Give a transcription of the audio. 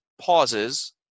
pauses